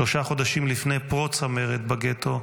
שלושה חודשים לפני פרוץ המרד בגטו,